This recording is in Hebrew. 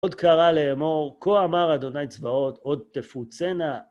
עוד קרא לאמר כה אמר אדוני צבאות עוד תפוצינה